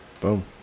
Boom